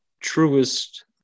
truest